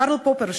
קרל פופר,